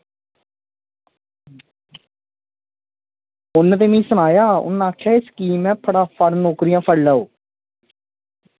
उन्ने मिगी सनाया कि एह् स्कीम ऐ फटाफट एह् नौकरियां फड़ी लैओ